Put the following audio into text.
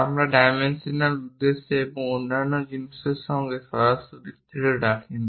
আমরা ডাইমেনশনাল উদ্দেশ্যে এবং অন্যান্য জিনিসের জন্য সরাসরি থ্রেড রাখি না